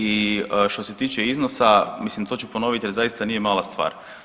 I što se tiče iznosa, mislim to ću ponoviti jer zaista nije mala stvar.